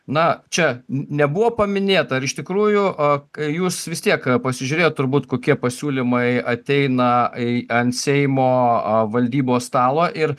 na čia nebuvo paminėta ar iš tikrųjų a kai jūs vis tiek pasižiūrėjot turbūt kokie pasiūlymai ateina į ant seimo valdybos stalo ir